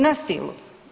Na silu.